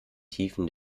tiefen